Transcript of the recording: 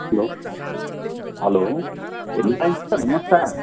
hello hello ए Nayan sir नमस्कार